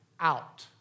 out